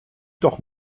doch